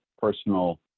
personal